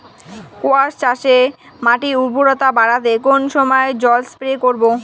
কোয়াস চাষে মাটির উর্বরতা বাড়াতে কোন সময় জল স্প্রে করব?